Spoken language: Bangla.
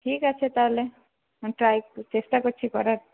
ঠিক আছে তাহলে ট্রাই চেষ্টা করছি করার